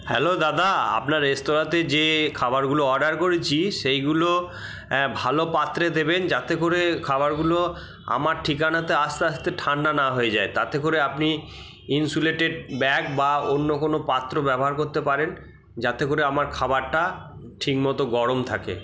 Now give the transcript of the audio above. hello দাদা আপনার রেস্তোরাঁতে যে খাবারগুলো অর্ডার করেছি সেইগুলো ভালো পাত্রে দেবেন যাতে করে খাবারগুলো আমার ঠিকানাতে আসতে আসতে ঠান্ডা না হয়ে যায় তাতে করে আপনি ইন্সুলেটেড ব্যাগ বা অন্য কোন পাত্র ব্যবহার করতে পারেন যাতে করে আমার খাবারটা ঠিকমতো গরম থাকে